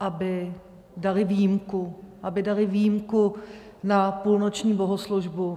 aby dali výjimku, aby dali výjimku na půlnoční bohoslužbu.